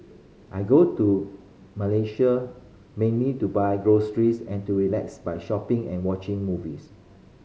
I go to Malaysia mainly to buy groceries and to relax by shopping and watching movies